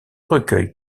recueil